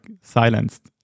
silenced